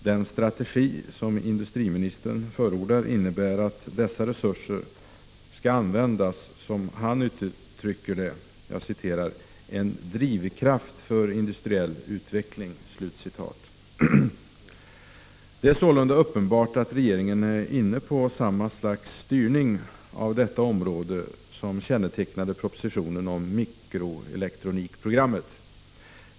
Den strategi som industriministern förordar innebär att dessa resurser skall användas, som han uttrycker det, ”som en drivkraft för industriell utveckling”. Det är sålunda uppenbart att regeringen är inne på samma slags styrning av detta område som kännetecknade propositionen om mikroelektronikprogrammet.